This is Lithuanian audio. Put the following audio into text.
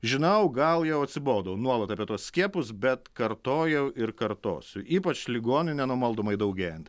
žinau gal jau atsibodo nuolat apie tuos skiepus bet kartojau ir kartosiu ypač ligonių nenumaldomai daugėjant